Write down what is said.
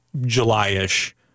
July-ish